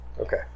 Okay